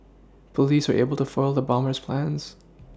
police were able to foil the bomber's plans